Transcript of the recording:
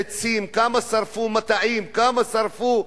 כמה מטעים שרפו,